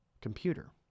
computer